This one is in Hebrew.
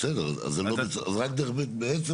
בסדר, אז בעצם רק דרך בית משפט.